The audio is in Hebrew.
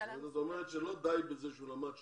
לא די בזה שהוא למד שנתיים,